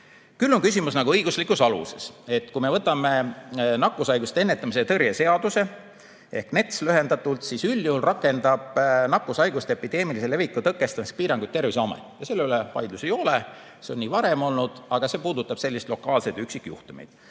on küsimus õiguslikus aluses. Kui me võtame nakkushaiguste ennetamise ja tõrje seaduse ehk lühendatult NETS-i, siis üldjuhul rakendab nakkushaiguste epideemilise leviku tõkestamiseks piiranguid Terviseamet. Selle üle vaidlusi ei ole, see on nii varem olnud, aga see puudutab selliseid lokaalseid üksikjuhtumeid.